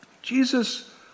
Jesus